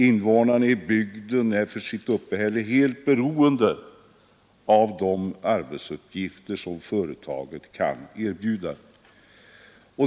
Invånarna i bygden är för sitt uppehälle helt beroende av de arbetsuppgifter som företaget kan erbjuda.